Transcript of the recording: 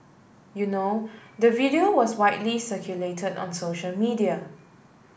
you know the video was widely circulated on social media